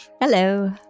Hello